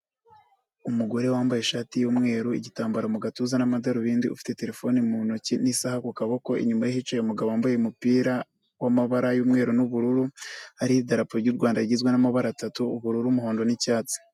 Umugore wambaye ishati y'umweru, igitambaro mu gatuza n'amadarubindi, ufite telefone mu ntoki n'isaha ku kaboko, inyuma ye hicaye umugabo wambaye umupira w'amabara y'umweru n'ubururu, hari idarapo ry'u Rwanda rigizwe n'amabara atatu: ubururu, umuhondo n'icyatsi.